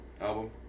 album